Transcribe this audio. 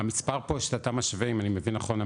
המספר פה שאתה משווה אם אני מבין נכון,